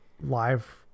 live